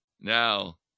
Now